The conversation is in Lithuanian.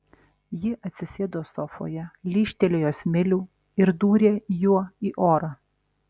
ji atsisėdo sofoje lyžtelėjo smilių ir dūrė juo į orą